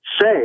say